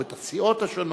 או את הסיעות השונות,